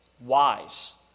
wise